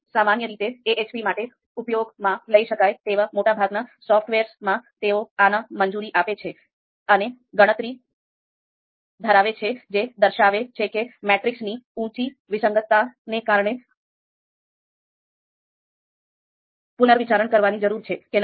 સામાન્ય રીતે AHP માટે ઉપયોગમાં લઈ શકાય તેવા મોટાભાગના સોફ્ટવારેસમાં તેઓ આને મંજૂરી આપે છે અને ગણતરી ધરાવે છે જે દર્શાવે છે કે મેટ્રિક્સની ઉંચી વિસંગતતાને કારણે પુનર્વિચારણા કરવાની જરૂર છે કે નથી